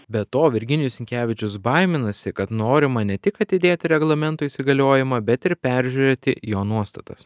be to virginijus sinkevičius baiminasi kad norima ne tik atidėti reglamento įsigaliojimą bet ir peržiūrėti jo nuostatas